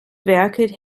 werkelt